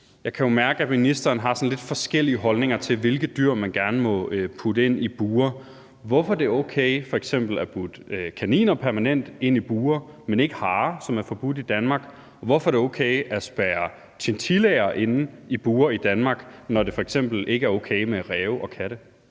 jeg kan mærke, at ministeren har sådan lidt forskellige holdninger til, hvilke dyr man gerne må putte ind i bure. Hvorfor er det okay at putte f.eks. kaniner permanent ind i bure, men ikke harer, hvilket er forbudt i Danmark? Og hvorfor er det okay at spærre chinchillaer inde i bure i Danmark, når det f.eks. ikke er okay med ræve og katte?